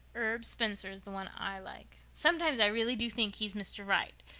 herb spencer is the one i like. sometimes i really do think he's mr. right.